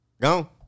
Go